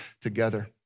together